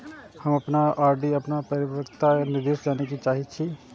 हम अपन आर.डी पर अपन परिपक्वता निर्देश जाने के चाहि छी